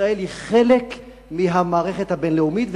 ישראל היא חלק מהמערכת הבין-לאומית.